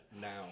now